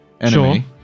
enemy